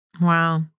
Wow